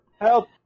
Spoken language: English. Help